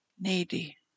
needy